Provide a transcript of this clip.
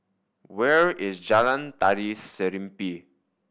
where is Jalan Tari Serimpi